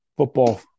Football